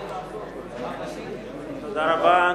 תודה רבה,